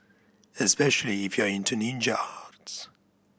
especially if you are into ninja arts